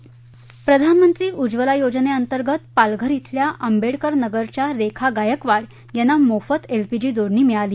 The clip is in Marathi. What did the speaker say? ध्यक्ष अस प्रधानमंत्री उज्ज्वला योजनेंतर्गत पालघर धिल्या आंबेडकरनगरच्या रेखा गायकवाड यांना मोफत एलपीजी जोडणी मिळाली